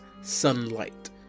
sunlight